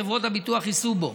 חברות הביטוח יישאו בו.